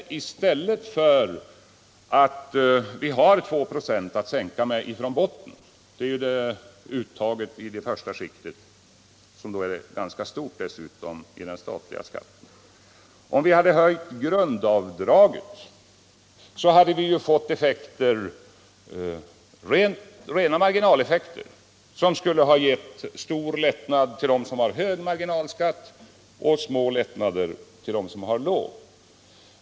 Vi hade kunnat föreslå en skattesänkning med högst 2 26 från botten — det är uttaget i det första skiktet, som dessutom är ganska stort när det gäller den statliga skatten. Om vi hade höjt grundavdraget hade det fått rena marginaleffekter, som skulle ha gett stora lättnader för dem som har hög marginalskatt och små lättnader för dem som har låg.